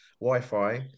Wi-Fi